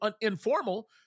informal